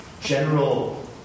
general